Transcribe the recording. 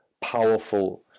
powerful